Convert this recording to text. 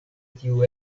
tiu